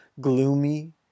gloomy